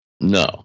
No